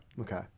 Okay